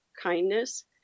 kindness